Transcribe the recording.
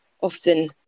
Often